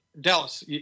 Dallas